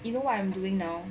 you know what I'm doing now